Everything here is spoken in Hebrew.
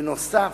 בנוסף,